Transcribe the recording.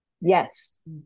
Yes